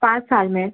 पाँच साल में